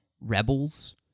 Rebels